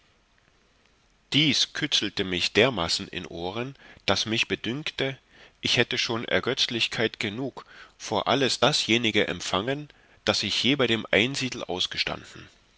dieses kützelte mich dermaßen in ohren daß mich bedünkte ich hätte schon ergötzlichkeit genug vor alles dasjenige empfangen das ich je bei dem einsiedel ausgestanden